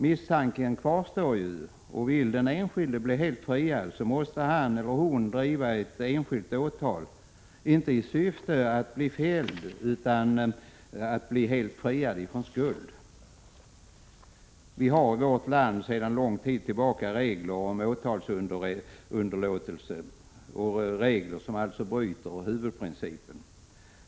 Misstanken kvarstår, och vill den enskilde bli helt friad måste han eller hon driva ett enskilt åtal, inte i syfte att bli fälld utan för att bli helt friad från skuld. Vi har i vårt land sedan lång tid tillbaka regler om åtalsunderlåtelse, regler som alltså bryter igenom huvudprincipen.